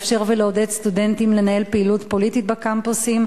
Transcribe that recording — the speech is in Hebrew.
לאפשר ולעודד סטודנטים לנהל פעילות פוליטית בקמפוסים